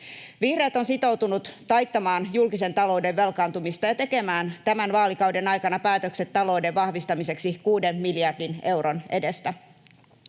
Vihreät ovat sitoutuneet taittamaan julkisen talouden velkaantumista ja tekemään tämän vaalikauden aikana päätökset talouden vahvistamiseksi kuuden miljardin euron edestä.